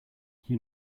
you